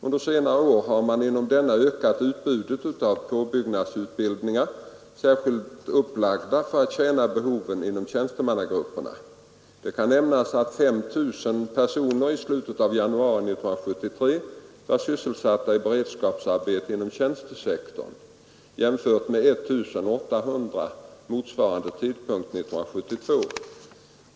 Under senare år har man inom denna ökat utbudet av påbyggnadsutbildningar, särskilt upplagda för att tjäna behoven inom tjänstemannagrupperna. Det kan också nämnas att 5 000 personer i slutet av januari 1973 var sysselsatta i beredskapsarbeten inom tjänstesektorn jämfört med 1 800 motsvarande tidpunkt år 1972.